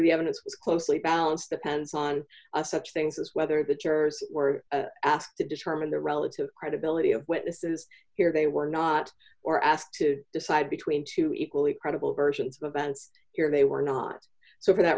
the evidence was closely balanced depends on a such things as whether the jurors were asked to determine the relative credibility of witnesses here they were not or asked to decide between two equally credible versions of events here they were not so for that